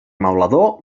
maulador